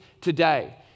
today